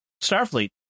Starfleet